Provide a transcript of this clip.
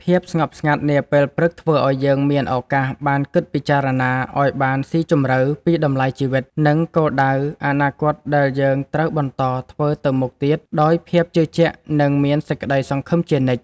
ភាពស្ងប់ស្ងាត់នាពេលព្រឹកធ្វើឱ្យយើងមានឱកាសបានគិតពិចារណាឱ្យបានស៊ីជម្រៅពីតម្លៃជីវិត និង គោលដៅអនាគតដែលយើងត្រូវបន្តធ្វើទៅមុខទៀតដោយភាពជឿជាក់ និង មានសេចក្តីសង្ឃឹមជានិច្ច។